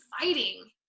fighting